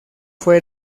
fue